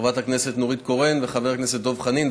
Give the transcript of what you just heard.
חברת הכנסת נורית קורן וחבר הכנסת דב חנין,